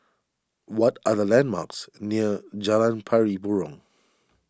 what are the landmarks near Jalan Pari Burong